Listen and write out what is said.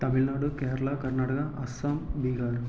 Tamil Nadu Kerala Karnataka Assam Bihar